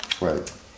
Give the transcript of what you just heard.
Right